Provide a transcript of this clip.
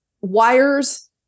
wires